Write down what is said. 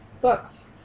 books